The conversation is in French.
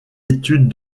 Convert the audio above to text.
études